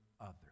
others